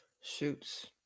Shoots